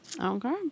Okay